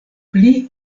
pli